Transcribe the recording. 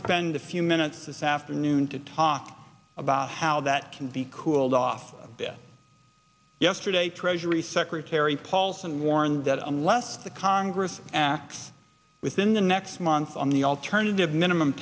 spend a few minutes this afternoon to talk about how that can be cooled off a bit yesterday treasury secretary paulson warned that unless the congress acts within the next month on the alternative minimum